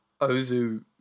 Ozu